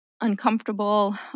uncomfortable